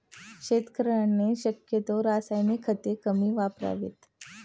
शेतकऱ्यांनी शक्यतो रासायनिक खते कमी वापरावीत